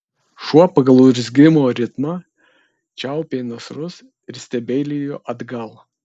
šuo pagal urzgimo ritmą čiaupė nasrus ir stebeilijo atgal